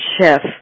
chef